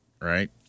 right